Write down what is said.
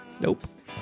Nope